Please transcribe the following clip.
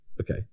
okay